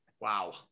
wow